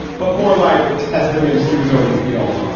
but more like testaments to his own appeal.